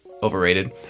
Overrated